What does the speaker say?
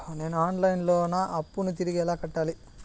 నేను online లో నా అప్పును తిరిగి ఎలా కట్టాలి?